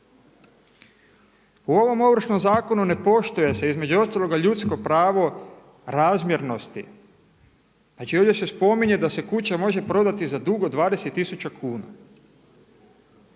U ovom Ovršnom zakonu ne poštuje se između ostalog ljudsko pravo razmjernosti. Znači ovdje se spominje da se kuća može prodati za dug od 20 tisuća